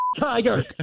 tiger